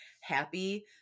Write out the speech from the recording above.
happy